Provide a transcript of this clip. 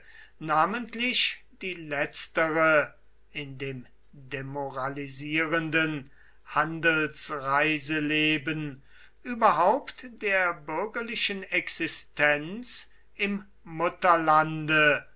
namentlich die letztere in dem demoralisierenden handelsreiseleben überhaupt der bürgerlichen existenz im mutterlande